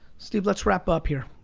steph, let's wrap up here.